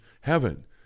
heaven